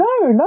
no